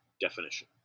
definition